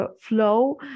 flow